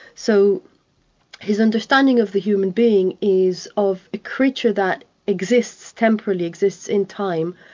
so his understanding of the human being is of a creature that exists, temporally exists in time,